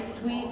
Sweet